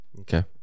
Okay